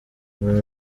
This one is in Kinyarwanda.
aba